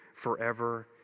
forever